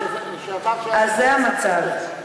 אז זה המצב.